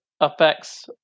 affects